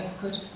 Good